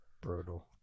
Brutal